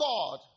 God